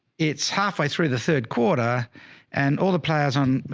it's halfway through the third quarter and all the players on,